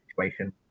situation